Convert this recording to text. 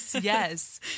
yes